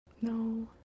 No